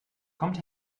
kommt